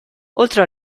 oltre